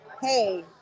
Hey